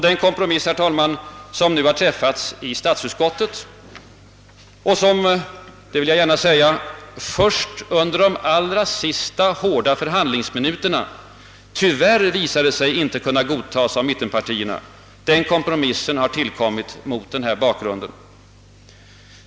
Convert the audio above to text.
Den kompromiss, herr talman, som träffats i statsutskottet och som — det vill jag gärna säga — först under de allra sista förhandlingsminuterna tyvärr visade sig icke kunna godtas av mittenpartierna, har tillkommit mot den bakgrunden.